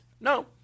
No